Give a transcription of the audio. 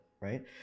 right